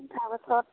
তাৰপাছত